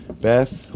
Beth